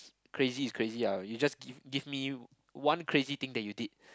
crazy is crazy ah you just give give me one crazy thing that you did